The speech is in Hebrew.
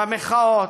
במחאות,